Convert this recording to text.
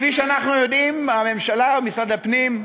כפי שאנחנו יודעים, הממשלה, משרד הפנים,